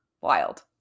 Wild